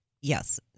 Yes